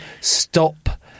stop